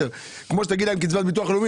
כמו שתגיד להם קצבת ביטוח לאומי,